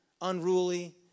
unruly